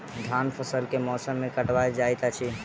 धानक फसल केँ मौसम मे काटल जाइत अछि?